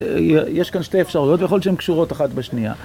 יש כאן שתי אפשרויות ויכול להיות שהן קשורות אחת בשנייה